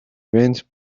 went